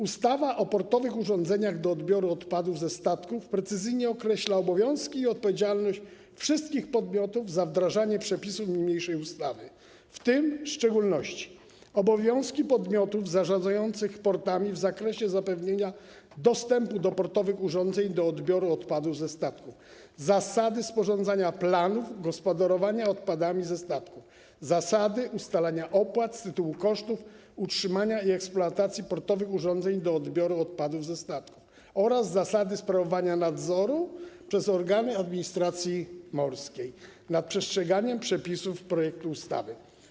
Ustawa o portowych urządzeniach do odbioru odpadów ze statków precyzyjnie określa obowiązki i odpowiedzialność wszystkich podmiotów za wdrażanie przepisów niniejszej ustawy, w tym w szczególności: obowiązki podmiotów zarządzających portami w zakresie zapewnienia dostępu do portowych urządzeń do odbioru odpadów ze statków, zasady sporządzania planów gospodarowania odpadami ze statków, zasady ustalania opłat z tytułu kosztów utrzymania i eksploatacji portowych urządzeń do odbioru odpadów ze statków oraz zasady sprawowania nadzoru przez organy administracji morskiej nad przestrzeganiem przepisów projektu ustawy.